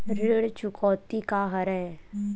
ऋण चुकौती का हरय?